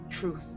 truth